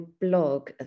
blog